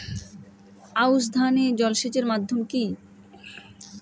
আউশ ধান এ জলসেচের মাধ্যম কি?